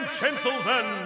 gentlemen